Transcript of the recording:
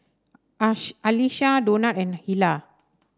Alisha Donat and Hilah